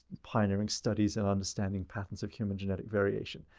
pioneering studies in understanding patterns of human genetic variation.